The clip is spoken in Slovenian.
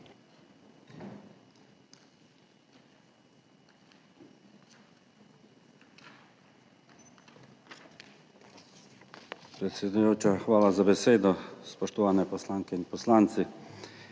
hvala za besedo. Spoštovane poslanke in poslanci!